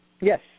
Yes